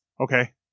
Okay